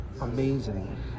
amazing